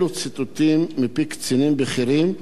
אלו ציטוטים מפי קצינים בכירים,